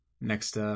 next